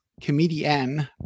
comedian